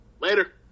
Later